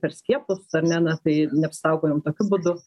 per skiepus ar ne na tai neapsisaugojom tokiu būdu